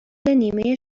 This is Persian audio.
نیمه